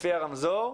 לפי הרמזור.